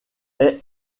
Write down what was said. est